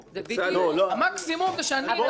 בצלאל, עוד מעט יהיה לך.